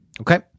Okay